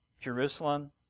Jerusalem